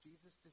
Jesus